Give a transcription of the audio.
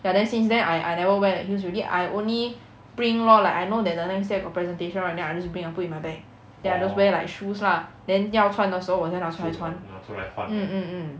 ya then since then I I never wear that heels already I only bring lor like I know that the next day I got presentation right then I just bring I in my bag then I just wear like shoes lah then 要穿的时候我才拿出来穿 mm mm mm